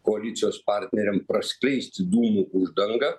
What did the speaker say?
koalicijos partneriam praskleisti dūmų uždangą